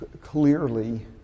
clearly